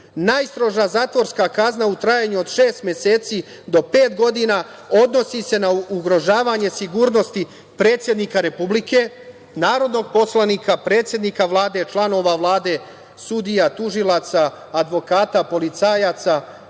posledicu. Najstroža zatvorska kazna u trajanju od šest meseci do pet godina odnosi se na ugrožavanje sigurnosti predsednika Republike, narodnog poslanika, predsednika Vlade, članova Vlade, sudija, tužilaca, advokata, policajaca